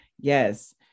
yes